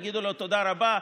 יגידו לו: תודה רבה.